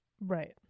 Right